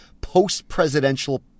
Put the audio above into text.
post-presidential